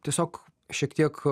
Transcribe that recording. tiesiog šiek tiek